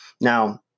Now